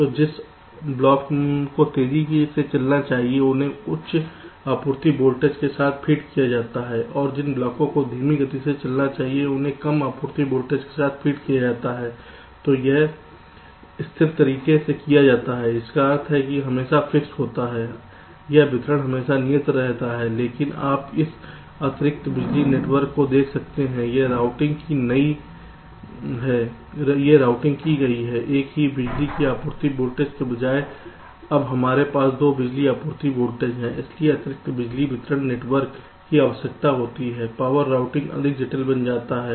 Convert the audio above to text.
तो जिस ब्लॉक को तेजी से चलाना चाहिए उन्हें उच्च आपूर्ति वोल्टेज के साथ फीड किया जाता है और जिन ब्लॉकों को धीमी गति से चलना चाहिए उन्हें कम आपूर्ति वोल्टेज के साथ फीड किया जाता है और यह स्थिर तरीके से किया जाता है जिसका अर्थ है हमेशा फिक्स होता है यह वितरण हमेशा नियत रहता है लेकिन आप इस अतिरिक्त बिजली नेटवर्क को देख सकते हैं यह राउटिंग की गई हैएक ही बिजली की आपूर्ति वोल्टेज के बजाय अब हमारे पास दो बिजली आपूर्ति वोल्टेज हैं इसलिए अतिरिक्त बिजली वितरण नेटवर्क की आवश्यकता होती है पावर रूटिंग अधिक जटिल बन जाता है